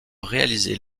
réaliser